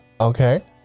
Okay